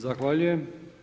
Zahvaljujem.